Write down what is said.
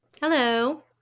Hello